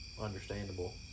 understandable